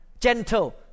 gentle